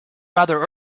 rather